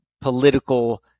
political